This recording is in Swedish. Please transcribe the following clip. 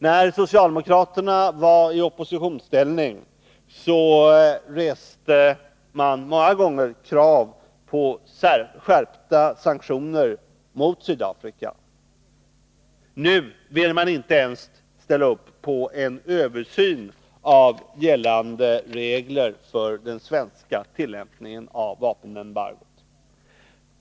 När socialdemokraterna var i opposition reste de många gånger krav på skärpta sanktioner mot Sydafrika. Nu vill de inte ens stödja kravet på en översyn av gällande regler för den svenska tillämpningen av vapenembargot.